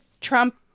Trump